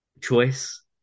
choice